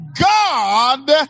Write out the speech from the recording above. god